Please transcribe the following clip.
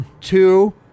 two